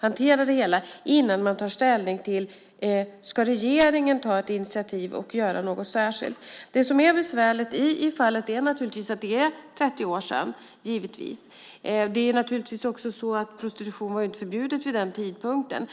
hanteras innan man tar ställning till: Ska regeringen ta ett initiativ och göra någonting särskilt? Det som är besvärligt i fallet är givetvis att det är 30 år sedan. Prostitution var inte förbjudet vid den tidpunkten.